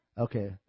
Okay